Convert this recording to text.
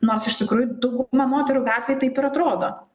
nors iš tikrųjų dauguma moterų gatvėj taip ir atrodo